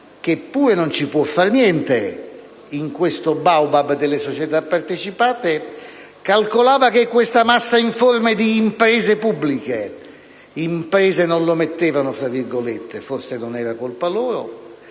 che pure non ci può fare niente in questo baobab delle società partecipate, calcolava che questa massa informe di imprese pubbliche (la parola imprese non la mettevano fra virgolette: forse non era colpa loro)